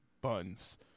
buns